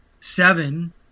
seven